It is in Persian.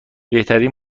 بهترین